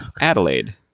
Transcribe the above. Adelaide